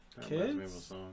kids